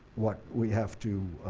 what we have to